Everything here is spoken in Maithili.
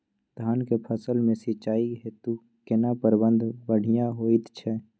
धान के फसल में सिंचाई हेतु केना प्रबंध बढ़िया होयत छै?